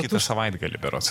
kitą savaitgalį berods